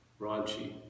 raunchy